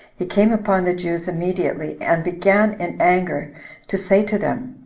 he came upon the jews immediately, and began in anger to say to them,